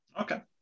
okay